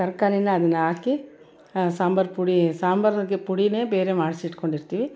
ತರಕಾರಿನ ಅದನ್ನು ಹಾಕಿ ಆ ಸಾಂಬಾರು ಪುಡಿ ಸಾಂಬಾರಿಗೆ ಪುಡಿಯೇ ಬೇರೆ ಮಾಡಿಸಿ ಇಟ್ಕೊಂಡಿರ್ತೀವಿ